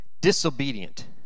disobedient